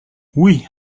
oui